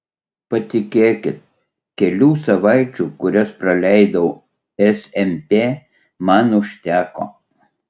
patikėkit kelių savaičių kurias praleidau smp man užteko